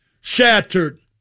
Shattered